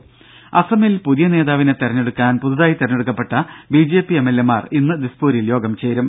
രംഭ അസമിൽ പുതിയ നേതാവിനെ തെരഞ്ഞെടുക്കാൻ പുതുതായി തെരഞ്ഞെടുക്കപ്പെട്ട B J P M L A മാർ ഇന്ന് ദിസ്പൂരിൽ യോഗം ചേരും